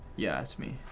yeah, it's me.